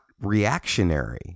reactionary